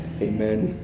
amen